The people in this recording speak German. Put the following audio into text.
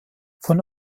von